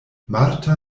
marta